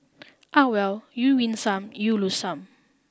ah well you win some you lose some